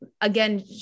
again